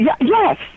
Yes